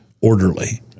orderly